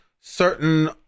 certain